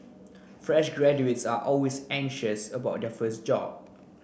fresh graduates are always anxious about their first job